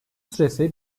süresi